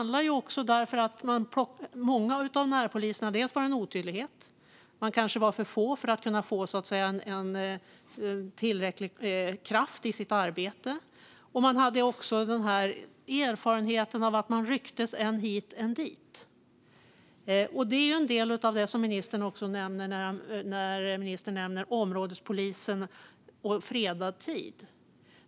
Det var en otydlighet, och man kanske var för få för att få tillräcklig kraft i arbetet. Erfarenheten blev också att man rycktes än hit, än dit. Det är en del av det som ministern också nämner när ministern nämner områdespolisen och fredad tid.